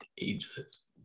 Ageless